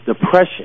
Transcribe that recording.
depression